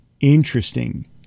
interesting